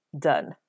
done